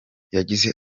yagize